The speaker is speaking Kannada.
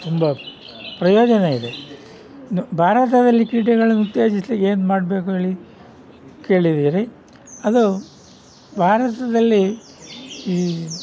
ತುಂಬ ಪ್ರಯೋಜನ ಇದೆ ಭಾರತದಲ್ಲಿ ಕ್ರೀಡೆಗಳನ್ನ ತ್ಯಜಿಸಲಿಕ್ಕೆ ಏನು ಮಾಡಬೇಕು ಹೇಳಿ ಕೇಳಿದ್ದೀರಿ ಅದು ಭಾರತದಲ್ಲಿ ಈ